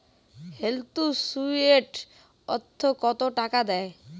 Health insurance ওত কত টাকা দেয়?